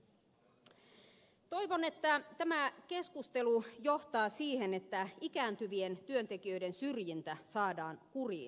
toivon että tämä keskustelu johtaa siihen että ikääntyvien työntekijöiden syrjintä saadaan kuriin